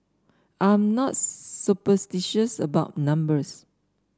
I'm not superstitious about numbers